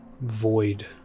void